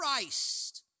Christ